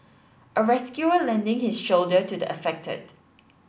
a rescuer lending his shoulder to the affected